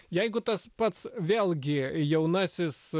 jeigu tas pats vėlgi jaunasis